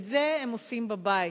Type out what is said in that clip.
את זה הם עושים בבית.